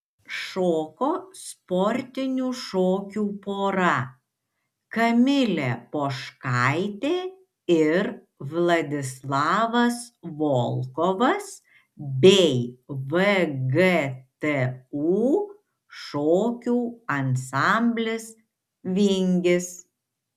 šoko sportinių šokių pora kamilė poškaitė ir vladislavas volkovas bei vgtu šokių ansamblis vingis